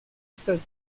estas